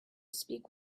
speak